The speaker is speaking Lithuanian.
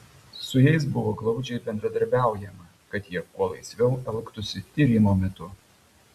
su jais buvo glaudžiai bendraujama kad jie kuo laisviau elgtųsi tyrimo metu